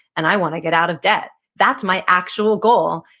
and i want to get out of debt. that's my actual goal.